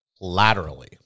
laterally